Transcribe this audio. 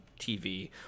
TV